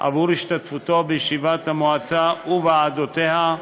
עבור השתתפותו בישיבות המועצה וועדותיה,